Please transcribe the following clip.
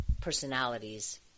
personalities